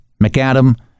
McAdam